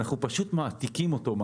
אנחנו פשוט מעתיקים אותו.